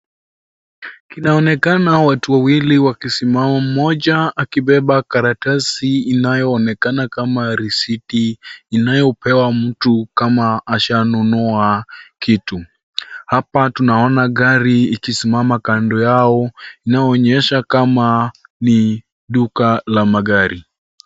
Kinaonekana watu wawili wakisimama, mmoja akibeba karatasi inayoonekana kama risiti inayopewa mtu kama ashanunua kitu. Hapa tunaona gari ikisimama kando yao inaonyesha kama ni duka la magari.